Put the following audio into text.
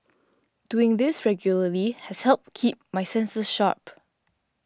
doing this regularly has helped keep my senses sharp